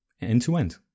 end-to-end